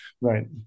Right